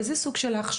איזה סוג הכשרה,